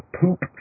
Poop